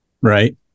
right